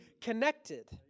connected